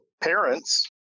parents